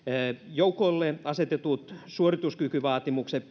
joukolle asetetut suorituskykyvaatimukset